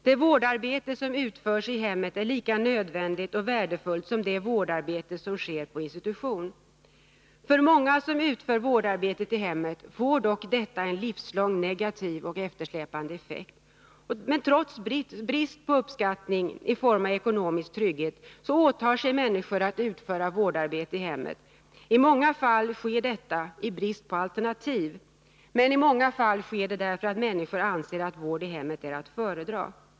Det vårdarbete som utförs i hemmet är lika nödvändigt och värdefullt som det vårdarbete som sker på institution. För många som utför vårdarbete i hemmet får dock detta en livslång, negativ och Trots brist på uppskattning i form av ekonomisk trygghet, åtar sig männniskor att utföra vårdarbete i hemmet. I många fall sker detta i brist på alternativ, men i många andra fall sker det därför att människor anser att vård i hemmet är att föredra.